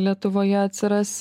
lietuvoje atsiras